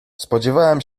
spodziewałem